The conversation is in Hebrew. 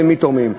למי תורמים.